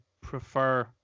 prefer